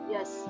Yes